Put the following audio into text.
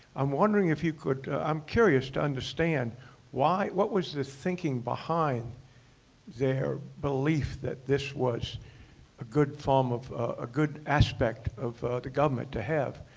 i'm wondering if you could i'm curious to understand why what was the thinking behind their belief that this was a good form of a good aspect of the government to have,